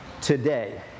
today